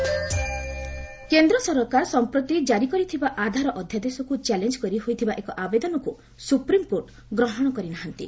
SC Aadhaar କେନ୍ଦ୍ର ସରକାର ସମ୍ପ୍ରତି ଜାରି କରିଥିବା ଆଧାର ଅଧ୍ଯାଦେଶକୁ ଚ୍ୟାଲେଞ୍ଜ କରି ହୋଇଥିବା ଏକ ଆବେଦନକୁ ସୁପ୍ରିମକୋର୍ଟ ଗ୍ରହଣ କରିନାହାନ୍ତି